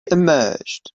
emerged